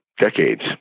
decades